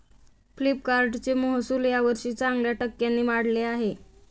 फ्लिपकार्टचे महसुल यावर्षी चांगल्या टक्क्यांनी वाढले आहे